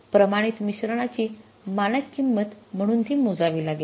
प्रमाणित मिश्रणाची मानक किंमत म्हणून ती मोजावी लागेल